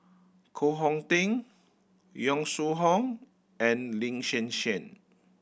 Koh Hong Teng Yong Shu Hoong and Lin Hsin Hsin